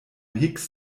higgs